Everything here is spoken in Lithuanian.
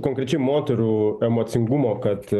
konkrečiai moterų emocingumo kad